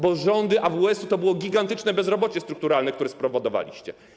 Bo rządy AWS-u to było gigantyczne bezrobocie strukturalne, które spowodowaliście.